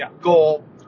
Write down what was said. Goal